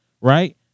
right